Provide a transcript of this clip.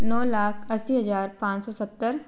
नौ लाख अस्सी हज़ार पाँच सौ सत्तर